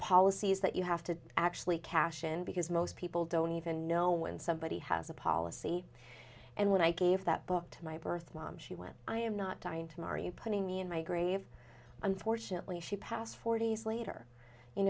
policies that you have to actually cash in because most people don't even know when somebody has a policy and when i gave that book to my birth mom she went i am not trying to mar you putting me in my grave unfortunately she passed forty's later you